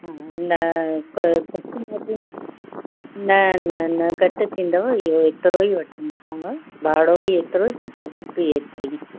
न घटि न थींदो न न न घटि थींदव इहो एतिरो वठंदीसांव भाड़ो बि एतिरो डिपॉज़िट बि एतिरी ई